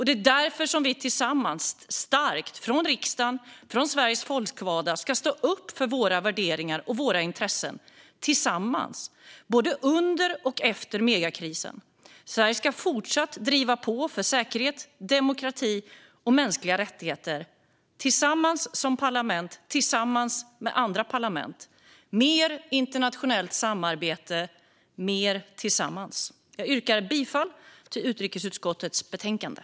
Det är därför som vi tillsammans från riksdagen och Sveriges folkvalda starkt ska stå upp för våra värderingar och våra intressen både under och efter megakrisen. Sverige ska fortsätta att driva på för säkerhet, demokrati och mänskliga rättigheter - tillsammans som parlament och tillsammans med andra parlament. Det ska vara mer internationellt samarbete och mer tillsammans. Jag yrkar bifall till utrikesutskottets förslag i betänkandet.